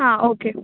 okay